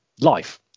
life